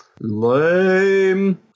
lame